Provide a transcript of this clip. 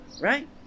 right